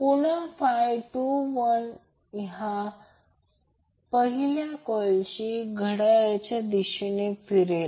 पुन्हा 21 हा पहिल्या कॉइलशी घड्याळाच्या दिशेला असेल